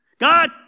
God